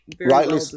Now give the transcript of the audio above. rightly